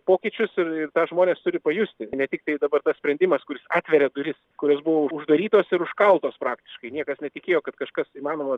pokyčius ir tą žmonės turi pajusti ne tik tai dabar tas sprendimas kuris atveria duris kurios buvo uždarytos ir užkaltos praktiškai niekas netikėjo kad kažkas įmanoma